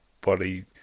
body